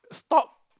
stop